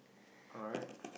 alright